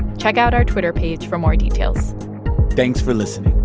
check out our twitter page for more details thanks for listening